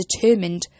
determined